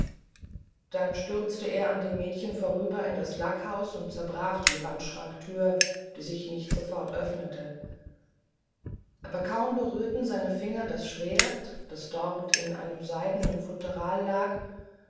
dann stürzte er an dem mädchen vorüber in das lackhaus und zerbrach die wandschranktür die sich nicht sofort öffnete aber kaum berührten seine finger das schwert das dort in seidenem futteral lag